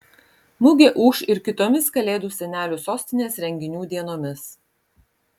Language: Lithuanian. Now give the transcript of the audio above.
mugė ūš ir kitomis kalėdų senelių sostinės renginių dienomis